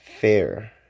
fair